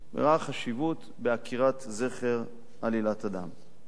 הראה חשיבות בעקירת זכר עלילת הדם.